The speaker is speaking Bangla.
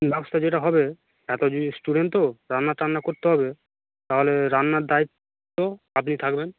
লাঞ্চটা যেটা হবে এতজন স্টুডেন্ট তো রান্না টান্না করতে হবে তাহলে রান্নার দায়িত্ব আপনি থাকবেন